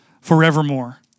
forevermore